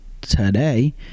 today